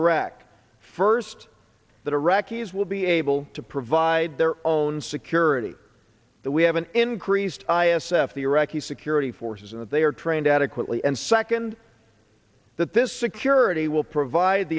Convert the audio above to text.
iraq first that iraqis will be able to provide their own security that we have an increased i s f the iraqi security forces in that they are trained adequately and second that this security will provide